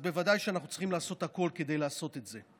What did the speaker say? אז בוודאי שאנחנו צריכים לעשות הכול כדי לעשות את זה.